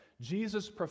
Jesus